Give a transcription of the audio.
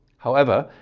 however,